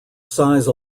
size